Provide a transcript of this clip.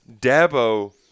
Dabo